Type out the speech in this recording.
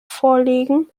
vorlegen